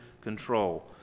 control